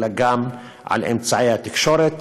אלא גם על אמצעי התקשורת,